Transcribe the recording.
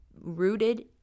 rooted